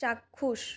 চাক্ষুষ